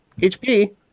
HP